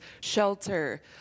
shelter